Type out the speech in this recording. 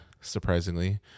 surprisingly